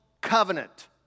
covenant